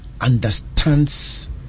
understands